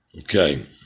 okay